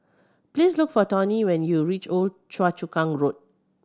please look for Toney when you reach Old Choa Chu Kang Road